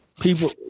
people